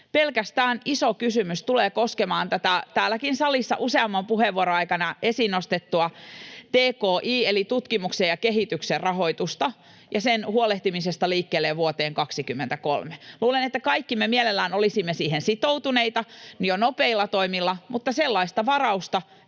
Pelkästään iso kysymys tulee koskemaan tätä täälläkin salissa useamman puheenvuoron aikana esiin nostettua tki- eli tutkimuksen ja kehityksen rahoitusta ja sen huolehtimista liikkeelle vuoteen 23. Luulen, että kaikki me mielellämme olisimme siihen sitoutuneita jo nopeilla toimilla, mutta sellaista varausta